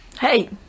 Hey